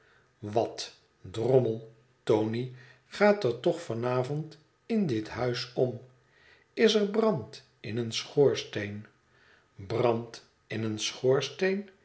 wat drommel tony gaat er toch van avond in dit huis om is er brand in een schoorsteen brand in een